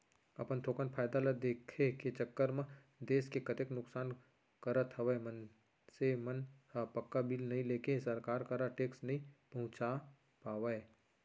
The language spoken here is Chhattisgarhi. अपन थोकन फायदा ल देखे के चक्कर म देस के कतेक नुकसान करत हवय मनसे मन ह पक्का बिल नइ लेके सरकार करा टेक्स नइ पहुंचा पावय